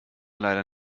leider